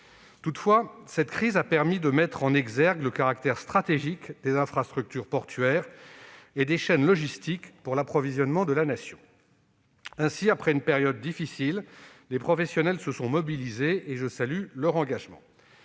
Toutefois, cette crise a mis en exergue le caractère stratégique des infrastructures portuaires et des chaînes logistiques pour l'approvisionnement de la Nation. Ainsi, après une période difficile, les professionnels se sont mobilisés, et je salue leur engagement.